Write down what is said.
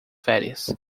férias